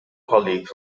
colleagues